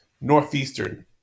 Northeastern